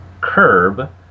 curb